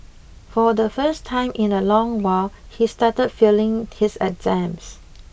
for the first time in a long while he started failing his exams